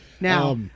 Now